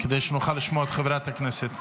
כדי שנוכל לשמוע את חברת הכנסת.